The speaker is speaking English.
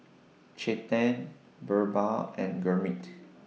Chetan Birbal and Gurmeet